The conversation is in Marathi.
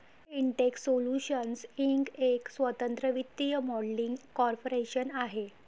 इंटेक्स सोल्यूशन्स इंक एक स्वतंत्र वित्तीय मॉडेलिंग कॉर्पोरेशन आहे